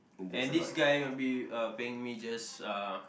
and this guy might be uh paying me just uh